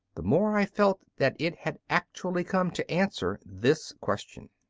the more i felt that it had actually come to answer this question.